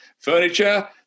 furniture